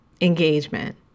engagement